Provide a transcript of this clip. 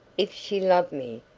if she loved me,